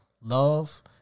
love